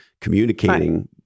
communicating